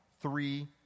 three